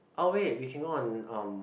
oh wait we can go on um